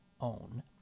own